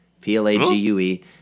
P-L-A-G-U-E